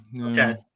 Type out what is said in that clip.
Okay